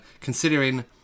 considering